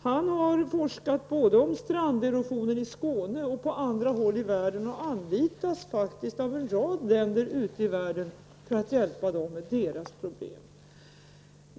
Han har forskat om stranderosionen både i Skåne och på andra håll i världen och anlitas faktiskt av en rad länder ute i världen för att hjälpa dem med deras problem.